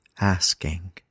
asking